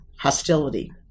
hostility